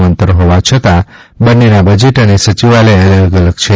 નું અંતર હોવા છતાં બંનેના બજેટ અને સચિવાલય અલગ છે